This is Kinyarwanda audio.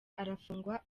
arafungwa